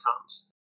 comes